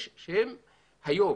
שהיום